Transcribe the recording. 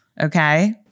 Okay